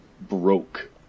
broke